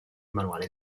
manuale